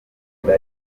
inda